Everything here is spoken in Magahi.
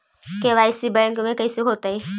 के.वाई.सी बैंक में कैसे होतै?